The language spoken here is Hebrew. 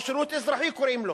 או שירות אזרחי קוראים לו.